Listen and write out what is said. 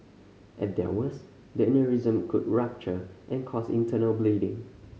at their worst the aneurysm could rupture and cause internal bleeding